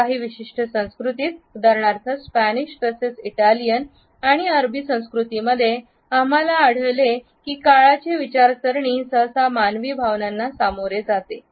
काही विशिष्ट संस्कृतीत उदाहरणार्थ स्पॅनिश तसेच इटालियन आणि अरबी संस्कृतींमध्ये आम्हाला आढळले की काळाची विचारसरणी सहसा मानवी भावनांना सामोरे जाते